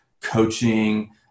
coaching